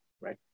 right